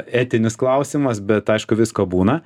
etinis klausimas bet aišku visko būna